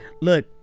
look